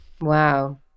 Wow